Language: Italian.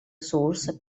source